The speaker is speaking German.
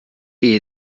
ihr